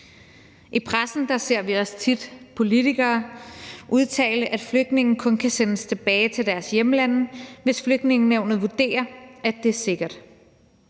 I pressen ser vi også tit politikere udtale, at flygtninge kun kan sendes tilbage til deres hjemlande, hvis Flygtningenævnet vurderer, at det er sikkert.